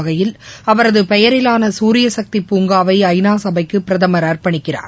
வகையில் அவரது பெயரிலான சூரியகக்தி பூங்காவை ஐநா சபைக்கு பிரதமர் அர்ப்பணிக்கிறார்